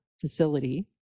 facility